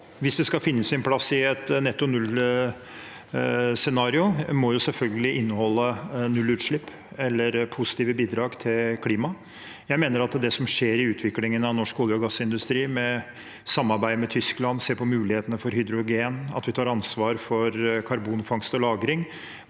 energi skal finne sin plass i et netto nullscenario, må det selvfølgelig inneholde nullutslipp eller positive bidrag til klimaet. Jeg mener at det som skjer i utviklingen av norsk olje- og gassindustri – samarbeid med Tyskland, å se på mulighetene for hydrogen, at vi tar ansvar for karbonfangst og -lagring